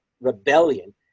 rebellion